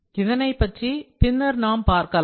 இதனைப் பற்றி பின்னர் நாம் பார்க்கலாம்